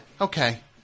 okay